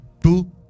two